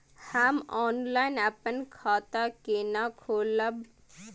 हम ऑनलाइन अपन खाता केना खोलाब?